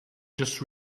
just